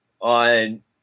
on